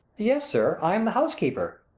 yes, sir, i am the housekeeper,